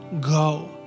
go